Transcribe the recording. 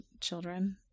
children